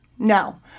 No